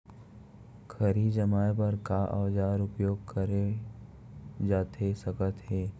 खरही जमाए बर का औजार उपयोग करे जाथे सकत हे?